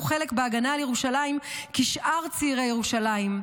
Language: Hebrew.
חלק בהגנה על ירושלים כשאר צעירי ירושלים.